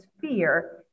fear